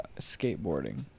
skateboarding